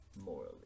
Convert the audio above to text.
Morally